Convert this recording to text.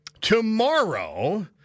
tomorrow